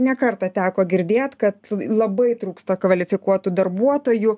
ne kartą teko girdėt kad labai trūksta kvalifikuotų darbuotojų